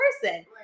person